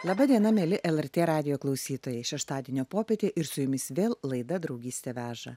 laba diena mieli lrt radijo klausytojai šeštadienio popietė ir su jumis vėl laida draugystė veža